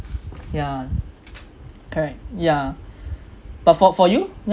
ya correct ya but for for you